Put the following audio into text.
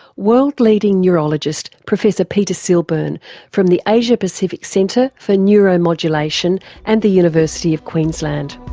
world-leading neurologist professor peter silburn from the asia-pacific centre for neuromodulation and the university of queensland.